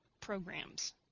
programs